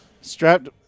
Strapped